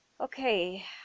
Okay